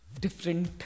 different